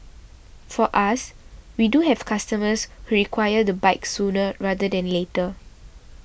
for us we do have customers who require the bike sooner rather than later